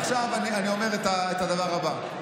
עכשיו אני אומר את הדבר הבא,